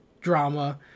drama